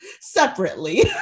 separately